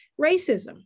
racism